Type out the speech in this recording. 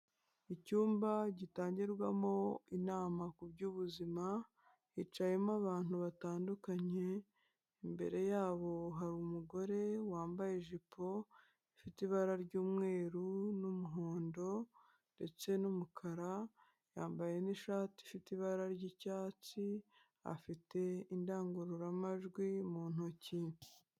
Icyumba gitangirwamo inama ku by'ubuzima, hicayemo abantu batandukanye, imbere yabo hari umugore wambaye ijipo ifite ibara ry'umweru n'umuhondo ndetse n'umukara, yambaye n'ishati ifite ibara ry'icyatsi afite indangururamajwi mu ntoki.